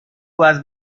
was